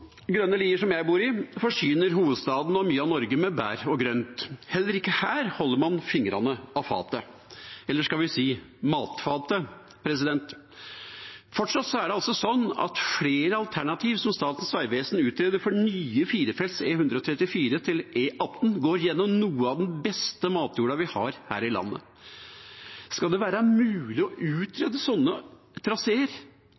Grønne Lier, der jeg bor, forsyner hovedstaden og mye av Norge med bær og grønt. Heller ikke her holder man fingrene av fatet – eller skal vi si matfatet. Tvert om er det sånn at flere alternativ som Statens vegvesen utreder for nye firefelts E134 til E18, går gjennom noe av den beste matjorda vi har her i landet. Skal det være mulig å